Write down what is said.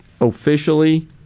officially